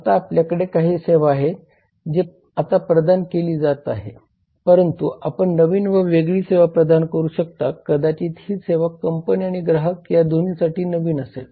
आता आपल्याकडे काही सेवा आहे जी आता प्रदान केली जात आहे परंतु आपण नवीन व वेगळी सेवा प्रदान करू शकता कदाचित ही सेवा कंपनी आणि ग्राहक या दोन्हींसाठी नवीन असेल